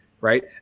right